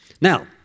Now